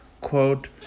quote